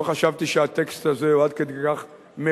לא חשבתי שהטקסט הזה הוא עד כדי כך מרתק,